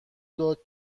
داد